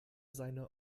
seine